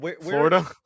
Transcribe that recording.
Florida